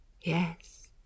Yes